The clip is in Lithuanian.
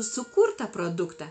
sukurtą produktą